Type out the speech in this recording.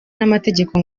n’amategeko